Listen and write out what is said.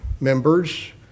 members